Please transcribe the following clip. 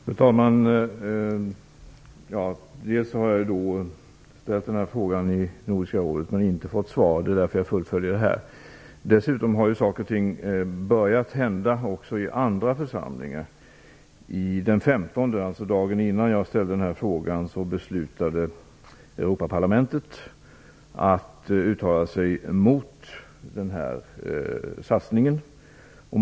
Fru talman! Jag har, som sagt, ställt samma fråga i Nordiska rådet men inte fått svar. Det är därför som jag fullföljer min frågeställning här. Dessutom har saker och ting börjat hända också i andra församlingar. Den 15 mars, dagen innan jag lämnade in min fråga, beslutade Europaparlamentet att uttala sig mot den här satsningen.